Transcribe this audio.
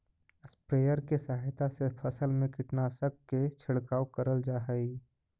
sprayer के सहायता से फसल में कीटनाशक के छिड़काव करल जा हई